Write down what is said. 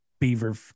beaver